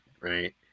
right